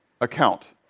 account